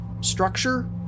structure